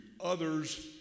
others